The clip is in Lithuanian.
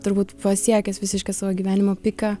turbūt pasiekęs visišką savo gyvenimo piką